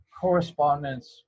correspondence